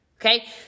okay